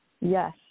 yes